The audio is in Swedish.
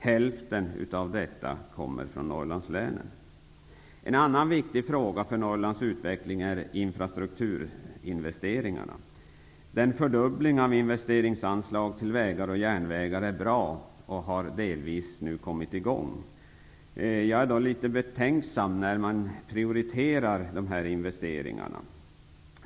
Hälften av detta kommer från Norrlandslänen. En annan viktig fråga för Norrlands utveckling är infrastrukturinvesteringarna. Fördubblingen av investeringsanslag till vägar och järnvägar är bra och har nu delvis kommit i gång. Jag är dock litet betänksam när man prioriterar de här investeringarna.